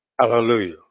Hallelujah